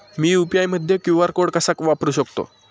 मी UPI मध्ये QR code कसा वापरु शकते?